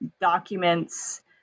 documents